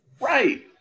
right